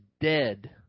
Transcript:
dead